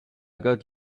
got